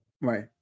Right